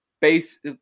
base